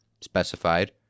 specified